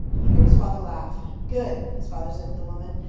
he heard his father laugh. good, his father said to the woman.